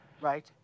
Right